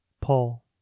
Paul